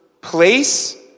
place